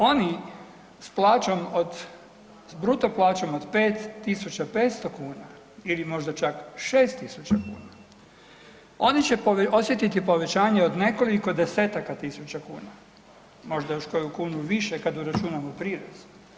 Oni s plaćom bruto plaćom od 5.500 kuna ili možda čak 6.000 kuna oni će osjetiti povećanje od nekoliko desetaka tisuća kuna, možda još kunu više kada uračunamo prirez.